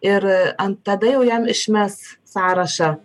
ir ant tada jau jam išmes sąrašą